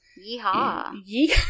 Yeehaw